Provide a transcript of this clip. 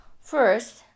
First